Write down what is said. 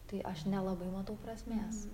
tai aš nelabai matau prasmės